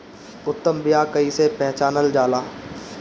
उत्तम बीया कईसे पहचानल जाला?